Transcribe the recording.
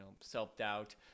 self-doubt